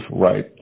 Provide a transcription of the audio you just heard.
right